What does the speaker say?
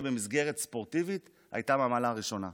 במסגרת ספורטיבית הייתה מהמעלה הראשונה.